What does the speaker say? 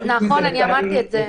נכון, אני אמרתי את זה.